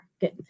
Good